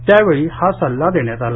त्यावेळी हा सल्ला देण्यात आला